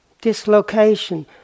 dislocation